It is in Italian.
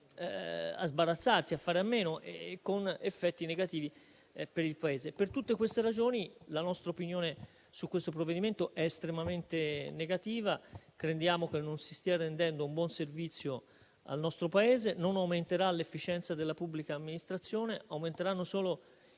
a sbarazzarsi e a fare a meno, con effetti negativi per il Paese. Per tutte queste ragioni la nostra opinione su questo provvedimento è estremamente negativa. Crediamo che non si stia rendendo un buon servizio al nostro Paese. Non aumenterà l'efficienza della pubblica amministrazione, ma aumenteranno solo